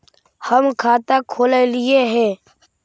हम खाता खोलैलिये हे?